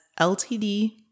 LTD